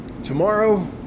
tomorrow